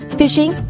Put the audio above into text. fishing